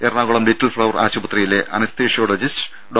Ernakulam Little Flower ആശുപത്രിയിലെ anaesthesiologist ഡോ